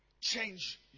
change